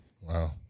Wow